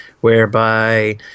Whereby